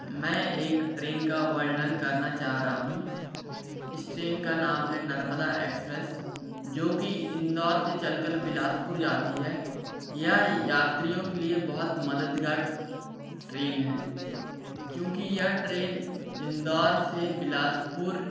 मैं एक ट्रेन का वर्णन करना चाह रहा हूँ इस ट्रेन का नाम है नर्मदा एक्सप्रेस जो कि इंदौर से चलकर बिलासपुर जाती है यह यात्रियों के लिए बहुत मददगार ट्रेन है क्योंकि यह ट्रेन इंदौर से बिलासपुर